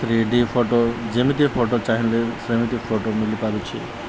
three D photo ଯେମିତି photo ଚାହିଁଲେ ସେମିତି ଫଟୋ ମିଳିପାରୁଛି